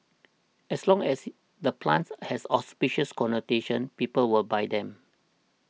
as long as the plants has auspicious connotations people will buy them